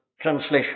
translation